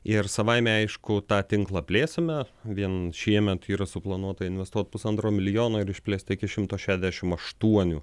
ir savaime aišku tą tinklą plėsime vien šiemet yra suplanuota investuot pusantro milijono ir išplėsti iki šimto šešiasdešim aštuonių